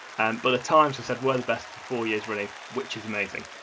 but the times have said we're the best for four years running, which is amazing,